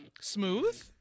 Smooth